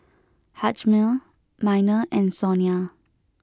Hjalmer Minor and Sonia